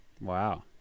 wow